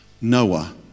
Noah